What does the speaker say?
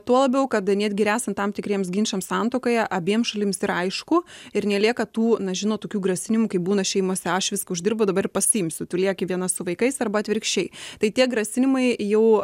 tuo labiau kad netgi ir esant tam tikriems ginčams santuokoje abiem šalims yra aišku ir nelieka tų na žinot tokių grasinimų kaip būna šeimose aš viską uždirbu dabar pasiimsiu tu lieki viena su vaikais arba atvirkščiai tai tie grasinimai jau